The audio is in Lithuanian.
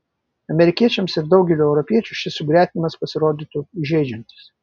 amerikiečiams ir daugeliui europiečių šis sugretinimas pasirodytų įžeidžiantis